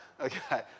Okay